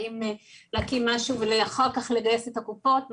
האם להקים משהו ורק אחר כך לגייס את הקופות,